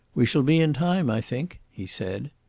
we shall be in time, i think, he said.